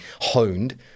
honed